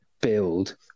build